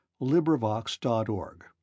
LibriVox.org